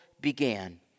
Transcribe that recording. began